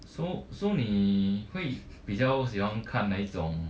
so so 你会比较喜欢看哪一种